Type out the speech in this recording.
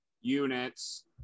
units